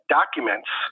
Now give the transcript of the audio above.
documents